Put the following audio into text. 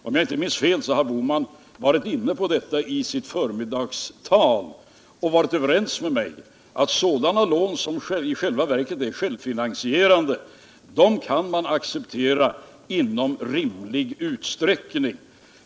Om jag inte minns fel var herr Bohman inne på detta i sitt förmiddagstal och var då överens med mig om att sådana lån som i själva verket är själv finansierande kan man acceptera i rimlig utsträckning.